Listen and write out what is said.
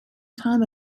time